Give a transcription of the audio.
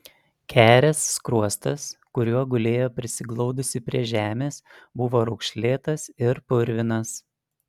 kerės skruostas kuriuo gulėjo prisiglaudusi prie žemės buvo raukšlėtas ir purvinas